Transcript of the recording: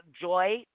joy